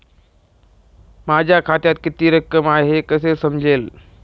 माझ्या खात्यात किती रक्कम आहे हे कसे समजेल?